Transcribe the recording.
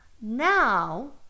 now